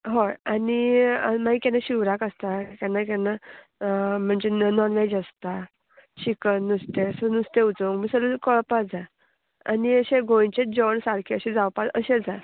हय आनी मागीर केन्ना शिवराक आसता केन्ना केन्ना म्हणजे नॉनवेज आसता चिकन नुस्तें सो नुस्तें उजरोवंक बी सगळें कळपा जाय आनी अशें गोंयचेंच जेवण सारकें अशें जावपाक अशें जाय